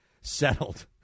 settled